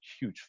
huge